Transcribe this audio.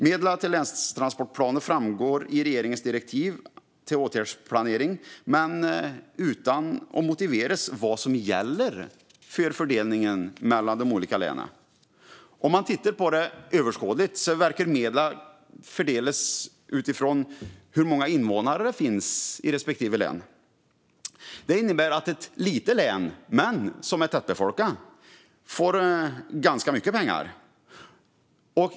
Medlen till länstransportplanerna framgår i regeringens direktiv till åtgärdsplanering men utan att det finns en motivering till vad som gäller för fördelningen mellan de olika länen. Sett överskådligt verkar medlen fördelas utifrån hur många invånare det finns i respektive län. Det innebär att ett litet tätbefolkat län får ganska mycket pengar.